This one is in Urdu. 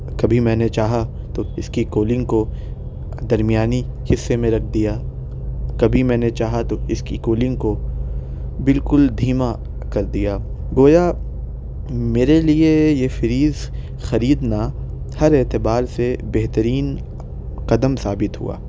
کبھی میں نے چاہا تو اِس کی کولنگ کو درمیانی حصّے میں رکھ دیا کبھی میں نے چاہا تو اِس کی کولنگ کو بالکل دھیما کر دیا گویا میرے لئے یہ فریج خریدنا ہر اعتبار سے بہترین قدم ثابت ہُوا